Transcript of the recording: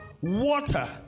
water